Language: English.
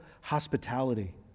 hospitality